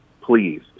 please